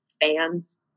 fans